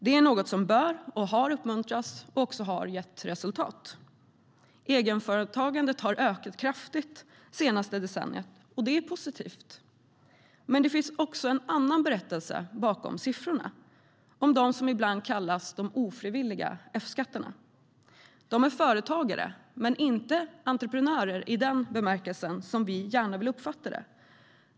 Det är något som bör uppmuntras och har uppmuntrats, vilket också har gett resultat. Egenföretagandet har ökat kraftigt det senaste decenniet, och det är positivt. Men det finns också en annan berättelse bakom siffrorna, om dem som ibland kallas de ofrivilliga F-skattarna. De är företagare - men inte entreprenörer i den bemärkelse vi gärna vill uppfatta det.